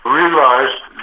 realized